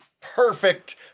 perfect